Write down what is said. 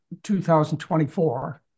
2024